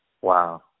Wow